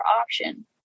option